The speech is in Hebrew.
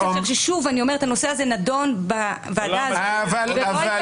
כאשר ששוב אני אומרת שהנושא הזה נדון בוועדה הזאת --- אבל לילך,